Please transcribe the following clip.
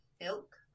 milk